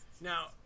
now